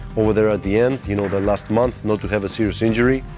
over there at the end, you know the last month, not to have a serious injury,